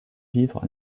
vivre